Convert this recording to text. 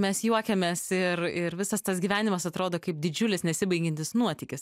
mes juokiamės ir ir visas tas gyvenimas atrodo kaip didžiulis nesibaigiantis nuotykis